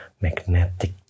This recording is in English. magnetic